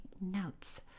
notes